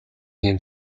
him